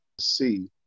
see